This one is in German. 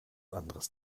anderes